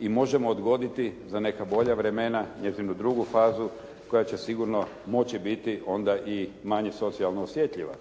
i možemo odgoditi za neka bolja vremena njezinu drugu fazu koja će sigurno moći biti onda i manje socijalno osjetljiva.